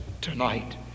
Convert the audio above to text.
tonight